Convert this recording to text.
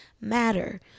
matter